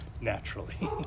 naturally